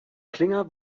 klinger